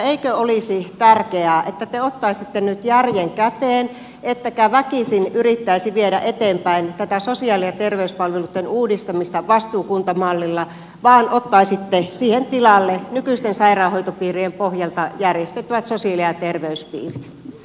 eikö olisi tärkeää että te ottaisitte nyt järjen käteen ettekä väkisin yrittäisi viedä eteenpäin tätä sosiaali ja terveyspalveluitten uudistamista vastuukuntamallilla vaan ottaisitte siihen tilalle nykyisten sairaanhoitopiirien pohjalta järjestettävät sosiaali ja terveyspiirit